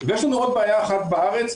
ויש לנו עוד בעיה אחת בארץ,